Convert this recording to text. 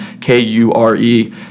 K-U-R-E